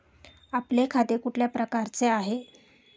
आपले खाते कुठल्या प्रकारचे आहे?